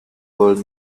gold